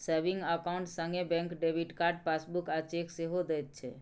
saving account संगे bank debit card, passbook आ cheque सेहो दैत छै